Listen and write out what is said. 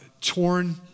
torn